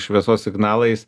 šviesos signalais